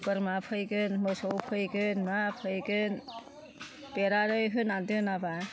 बोरमा फैगोन मोसौ फैगोन मा फैगोन बेरालाय होनानै दोनाबा